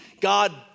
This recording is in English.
God